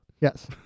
Yes